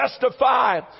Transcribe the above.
justify